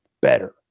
better